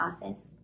office